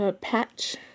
patch